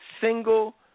Single